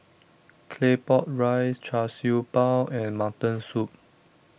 Claypot Rice Char Siew Bao and Mutton Soup